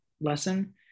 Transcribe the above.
lesson